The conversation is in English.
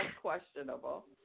questionable